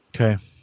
Okay